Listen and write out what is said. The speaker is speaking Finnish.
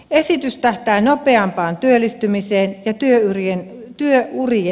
esitys tähtää nopeampaan työllistymiseen ja työurien eheyteen